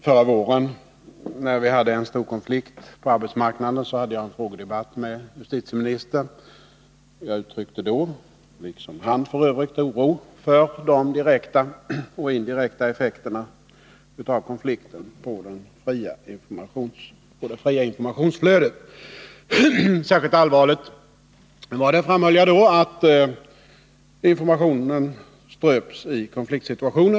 Herr talman! Förra våren, när vi hade en storkonflikt på arbetsmarknaden, hade jag en frågedebatt med justitieministern. Jag, liksom han, uttryckte då oro för de direkta och indirekta effekterna av konflikten på det fria informationsflödet. Särskilt allvarligt var det — framhöll jag då — att informationen ströps i en konfliktsituation.